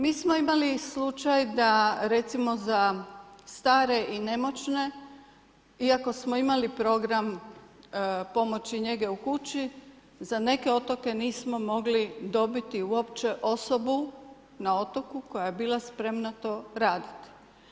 Mi smo imali slučaj da recimo, za stare i nemoćne, iako smo imali program pomoći njege u kući, za neke otoke, nismo mogli dobiti uopće osobu, na otoku, koja je bila spremna to raditi.